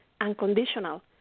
unconditional